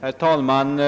Herr talman!